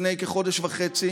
לפני כחודש וחצי